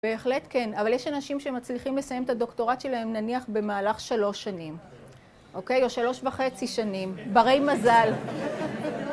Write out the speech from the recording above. בהחלט כן. אבל יש אנשים שמצליחים לסיים את הדוקטורט שלהם נניח במהלך שלוש שנים. אוקיי? או שלוש וחצי שנים. ברי מזל.